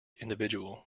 individual